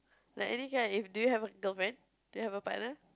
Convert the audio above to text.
like do you have a girlfriend do you have a partner